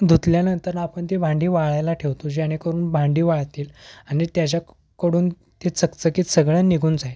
धुतल्यानंतर आपण भांडी वाळायला ठेवतो जेणेकरून भांडी वाळतील आणि त्याच्याकडून ते चकचकीत सगळं निघून जाईल